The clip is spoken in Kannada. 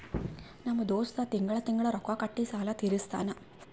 ನಮ್ ದೋಸ್ತ ತಿಂಗಳಾ ತಿಂಗಳಾ ರೊಕ್ಕಾ ಕೊಟ್ಟಿ ಸಾಲ ತೀರಸ್ತಾನ್